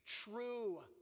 True